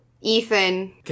Ethan